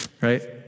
right